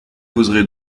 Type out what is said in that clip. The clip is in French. poserai